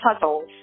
puzzles